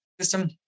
system